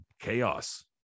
chaos